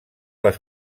les